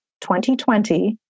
2020